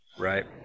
Right